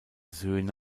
söhne